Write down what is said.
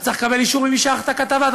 אתה צריך לקבל אישור ממי שערך את הכתבה.